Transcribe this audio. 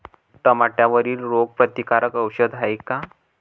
टमाट्यावरील रोग प्रतीकारक औषध हाये का?